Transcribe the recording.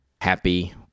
happy